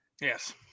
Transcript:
Yes